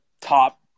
top